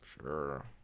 Sure